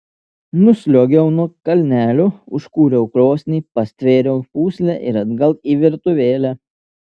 nusliuogiau nuo kalnelio užkūriau krosnį pastvėriau pūslę ir atgal į virtuvėlę